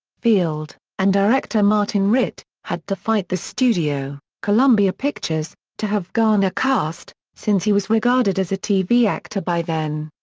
field, and director martin ritt, had to fight the studio, columbia pictures, to have garner cast, since he was regarded as a tv actor by then.